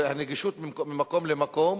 והנגישות ממקום למקום,